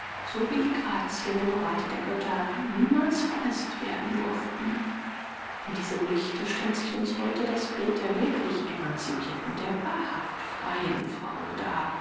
so wie die grazien im rathe der götter niemals vermißt werden durften in diesem lichte stellt sich uns heute das bild der wirklich emancipirten der wahrhaft freien frau dar